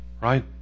right